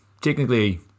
technically